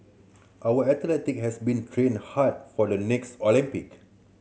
our athlete has been training hard for the next Olympic